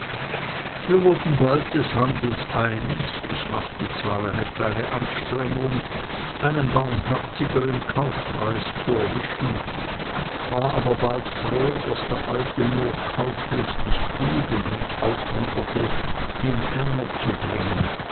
wir wurden bald des handels einig ich machte zwar eine kleine anstrengung einen barmherzigern kaufpreis zu erwischen war aber bald froh daß der alte nur kauflustig blieb und mich aufmunterte ihm ferner zu bringen